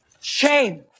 Shame